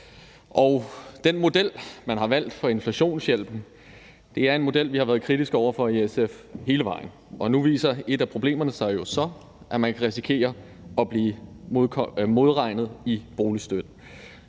Den model for inflationshjælpen, man har valgt, er en model, vi har været kritiske over for i SF hele vejen igennem. Nu viser et af problemerne sig jo så: Man kan risikere at blive modregnet i boligstøtte.